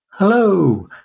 Hello